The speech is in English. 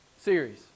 series